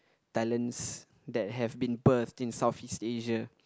talents that have been birthed in Southeast Asia